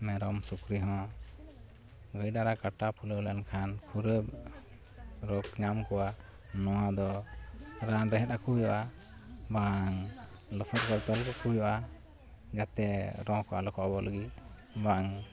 ᱢᱮᱨᱚᱢ ᱥᱩᱠᱨᱤ ᱦᱚᱸ ᱜᱟᱹᱭ ᱰᱟᱝᱜᱽᱨᱟ ᱠᱟᱴᱟ ᱯᱷᱩᱞᱟᱹᱣᱞᱮᱱ ᱠᱷᱟᱱ ᱠᱷᱩᱨᱟᱹ ᱨᱳᱜᱽ ᱧᱟᱢ ᱠᱚᱣᱟ ᱱᱚᱣᱟᱫᱚ ᱨᱟᱱ ᱨᱮᱦᱮᱫᱟᱠᱚ ᱦᱩᱭᱩᱜᱼᱟ ᱵᱟᱝ ᱞᱚᱥᱚᱫᱨᱮ ᱛᱚᱞ ᱠᱟᱠᱚ ᱦᱩᱭᱩᱜᱼᱟ ᱡᱟᱛᱮ ᱨᱚᱸᱠᱚ ᱟᱞᱚᱠᱚ ᱟᱵᱚᱜ ᱞᱟᱹᱜᱤᱫ ᱵᱟᱝ